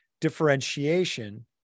differentiation